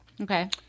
Okay